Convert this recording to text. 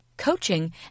coaching